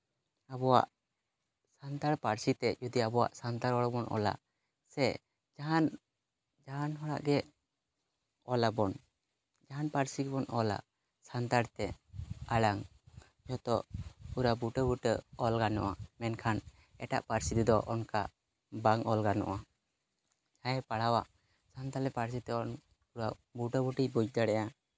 ᱟᱵᱚᱣᱟᱜ ᱥᱟᱱᱛᱟᱲ ᱯᱟᱹᱨᱥᱤᱛᱮ ᱡᱩᱫᱤ ᱟᱵᱚᱣᱟᱜ ᱥᱟᱱᱛᱟᱲ ᱨᱚᱲ ᱵᱚᱱ ᱚᱞᱟ ᱥᱮ ᱡᱟᱦᱟᱱ ᱡᱟᱦᱟᱱ ᱦᱚᱲᱟᱜ ᱜᱮ ᱚᱞᱟᱵᱚᱱ ᱡᱟᱦᱟᱱ ᱯᱟᱹᱨᱥᱤ ᱜᱮᱵᱚᱱ ᱚᱞᱟ ᱥᱟᱱᱛᱟᱲᱤᱛᱮ ᱟᱲᱟᱝ ᱡᱚᱛᱚ ᱯᱩᱨᱟᱹ ᱵᱩᱴᱟᱹ ᱵᱩᱴᱟᱹ ᱚᱞ ᱜᱟᱱᱚᱜᱼᱟ ᱢᱮᱱᱠᱷᱟᱱ ᱮᱴᱟᱜ ᱯᱟᱹᱨᱥᱤ ᱛᱮᱫᱚ ᱚᱱᱠᱟ ᱵᱟᱝ ᱚᱞ ᱜᱟᱱᱚᱜᱼᱟ ᱡᱟᱦᱟᱸᱭᱮ ᱯᱟᱲᱦᱟᱣᱟ ᱥᱟᱱᱛᱟᱲᱤ ᱯᱟᱹᱨᱥᱤ ᱛᱮᱵᱚᱱ ᱵᱩᱴᱟᱹ ᱵᱩᱴᱤ ᱵᱩᱡᱽ ᱫᱟᱲᱮᱭᱟᱜᱼᱟ